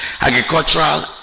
agricultural